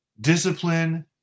discipline